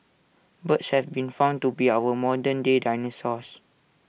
birds have been found to be our modern day dinosaurs